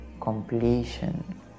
completion